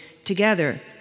Together